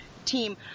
team